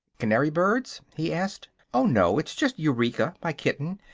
canary-birds? he asked. oh, no it's just eureka, my kitten.